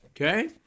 okay